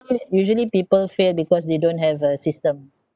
so usually people fail because they don't have a system